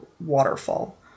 Waterfall